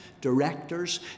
directors